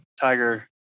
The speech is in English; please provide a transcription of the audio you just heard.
Tiger